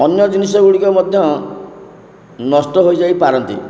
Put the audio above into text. ଅନ୍ୟ ଜିନିଷଗୁଡ଼ିକ ମଧ୍ୟ ନଷ୍ଟ ହୋଇଯାଇ ପାରନ୍ତି